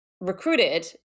recruited